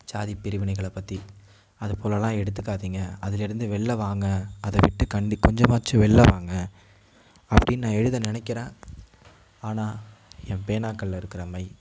ஜாதி பிரிவினைகளை பற்றி அதுப்போலலாம் எடுத்துக்காதிங்க அதில் இருந்து வெளியில் வாங்க அதை விட்டு கண்டி கொஞ்சமாச்சும் வெளியில் வாங்க அப்படின் நான் எழுத நினைக்கிறேன் ஆனால் என் பேனாக்களில் இருக்கிற மை